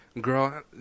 Girl